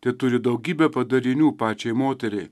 tai turi daugybę padarinių pačiai moteriai